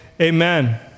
amen